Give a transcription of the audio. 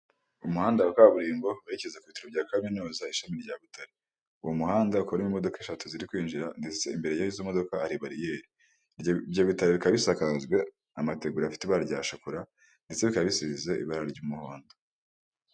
Umuhanda wa kaburimbo werekeza ku bitaro bya kaminuza ishami rya Butare, uwo muhanda ukaba urimo imodoka eshatu ziri kwinjira, ndetse imbere y'izo modoka hari bariyeri, ibyo bitaro bikaba bisakajwe amategura afite ibara rya shokora, ndetse bikaba bisize ibara ry'umuhondo